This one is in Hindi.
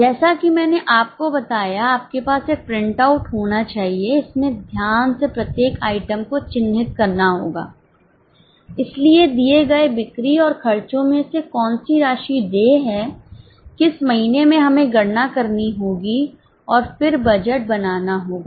जैसा कि मैंने आपको बताया आपके पास एक प्रिंटआउट होना चाहिए इसमें ध्यान से प्रत्येक आइटम को चिह्नित करना होगा इसलिए दिए गए बिक्री और खर्चों में से कौन सी राशि देय है किस महीने में हमें गणना करनी होगी और फिर बजट बनाना होगा